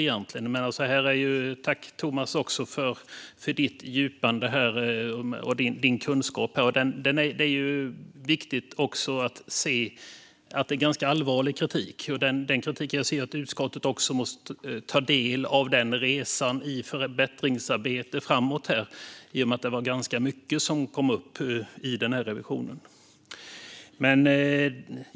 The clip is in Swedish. Jag vill också rikta ett tack till ledamoten Thomas Morell för hans fördjupade kunskap på området. Det är viktigt att se att det är ganska allvarlig kritik. Den kritiken anser jag att också utskottet måste ta del av i förbättringsarbetet framåt, i och med att det var ganska mycket som kom upp i revisionen.